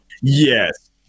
yes